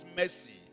mercy